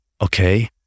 Okay